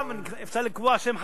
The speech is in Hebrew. עכשיו אפשר לקבוע שם חדש,